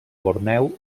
borneo